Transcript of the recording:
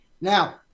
Now